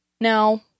Now